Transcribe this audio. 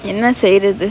என்ன செய்றது:enna seirathu